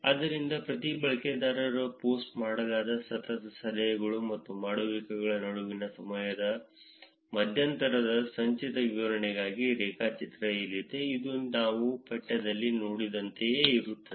ಆದ್ದರಿಂದ ಪ್ರತಿ ಬಳಕೆದಾರರಿಗೆ ಪೋಸ್ಟ್ ಮಾಡಲಾದ ಸತತ ಸಲಹೆಗಳು ಮತ್ತು ಮಾಡುವಿಕೆಗಳ ನಡುವಿನ ಸಮಯದ ಮಧ್ಯಂತರದ ಸಂಚಿತ ವಿತರಣೆಗಾಗಿ ರೇಖಾಚಿತ್ರ ಇಲ್ಲಿದೆ ಇದು ನಾವು ಪಠ್ಯದಲ್ಲಿ ನೋಡಿದಂತೆಯೇ ಇರುತ್ತದೆ